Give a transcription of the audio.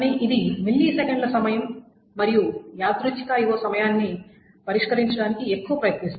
ఇది మిల్లీసెకన్ల సమయం మరియు యాదృచ్ఛిక I O సమయాన్ని పరిష్కరించడానికి ఎక్కువ ప్రయత్నిస్తుంది